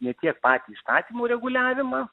ne tiek patį įstatymų reguliavimą